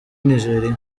nigeria